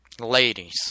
Ladies